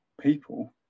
people